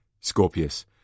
Scorpius